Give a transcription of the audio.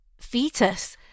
fetus